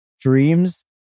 dreams